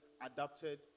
adapted